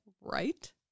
Right